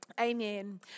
Amen